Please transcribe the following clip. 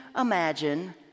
imagine